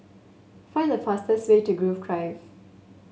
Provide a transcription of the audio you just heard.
find the fastest way to Grove Drive